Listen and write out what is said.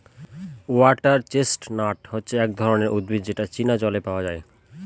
water chestnut হচ্ছে এক ধরনের উদ্ভিদ যেটা চীনা জলে পাওয়া যায়